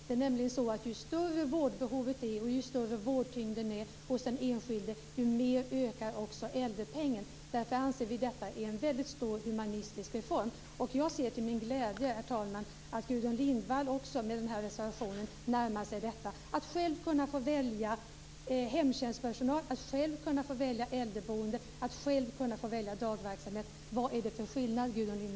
Det är nämligen så att ju större vårdbehovet och ju större vårdtyngden är hos den enskilde, desto mer ökar äldrepengen. Därför anser vi att detta är en mycket stor humanistisk reform. Jag ser till min glädje, herr talman, att Gudrun Lindvall med den här reservationen också närmar sig detta, att själv kunna få välja hemtjänstpersonal, att själv kunna få välja äldreboende, att själv kunna få välja dagverksamhet. Vad är det för skillnad, Gudrun